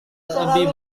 lebih